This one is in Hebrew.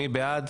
מי בעד?